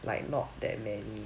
like not that many